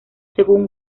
según